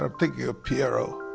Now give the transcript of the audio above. i'm thinking of pierro.